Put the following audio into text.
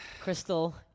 Crystal